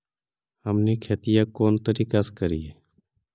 हमनी खेतीया कोन तरीका से करीय?